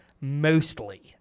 mostly